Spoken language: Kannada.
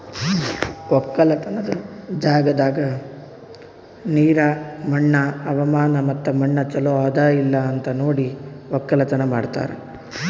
ಒಕ್ಕಲತನದ್ ಜಾಗದಾಗ್ ನೀರ, ಮಣ್ಣ, ಹವಾಮಾನ ಮತ್ತ ಮಣ್ಣ ಚಲೋ ಅದಾ ಇಲ್ಲಾ ಅಂತ್ ನೋಡಿ ಒಕ್ಕಲತನ ಮಾಡ್ತಾರ್